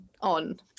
on